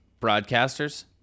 broadcasters